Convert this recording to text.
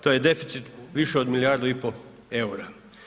To je deficit više od milijardu i pol eura.